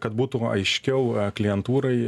kad būtų aiškiau klientūrai